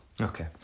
Okay